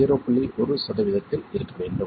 1 சதவீதத்தில் இருக்க வேண்டும்